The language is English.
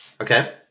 Okay